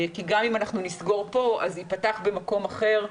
גם אם אנחנו נסגור פה אז ייפתח במקום אחר,